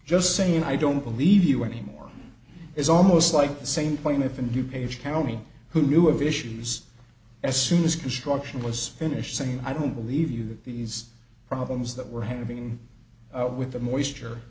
just saying i don't believe you anymore it's almost like the same point if a new page county who knew of issues as soon as construction was finished saying i don't believe you that these problems that we're having with the moisture